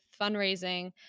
fundraising